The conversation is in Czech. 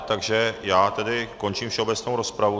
Takže já tedy končím všeobecnou rozpravu.